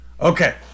Okay